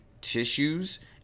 tissues